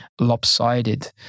lopsided